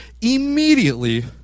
immediately